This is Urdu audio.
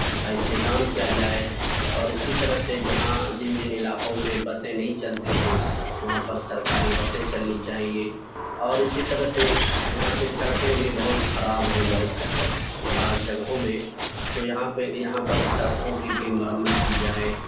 کا انتظام کیا جائے اور اسی طرح سے جہاں جن جن علاقوں میں بسیں نہیں چلتی ہیں وہاں پر سرکاری بسیں چلنی چاہئیں اور اسی طرح سے یہاں کی سڑکیں بھی بہت خراب ہیں بہت بعض جگہوں میں تو یہاں پر یہاں پر سڑکوں کی بھی مرمت کی جائے